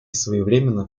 своевременно